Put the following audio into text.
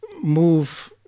move